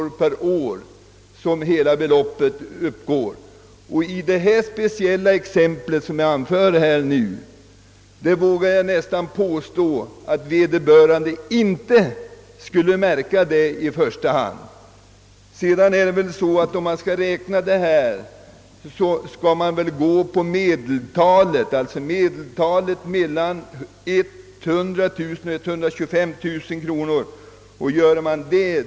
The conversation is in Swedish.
Jo, sammanlagt 225—250 kronor om året. Jag vågar påstå att vederbörande knappast skulle märka en sådan merkostnad. Dessutom bör man egentligen inte räkna som jag gjort i det anförda exemplet, utan man bör i stället ta hänsyn till medeltalet.